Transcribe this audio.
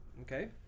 Okay